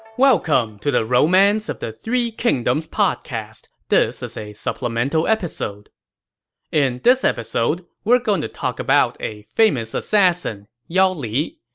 welcome to the romance of the three kingdoms podcast. this is a supplemental episode in this episode, we're going to talk about a famous assassin, yao li.